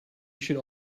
should